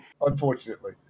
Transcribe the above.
Unfortunately